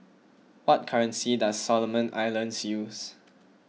what currency does Solomon Islands use